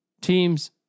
teams